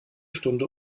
stunde